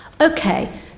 Okay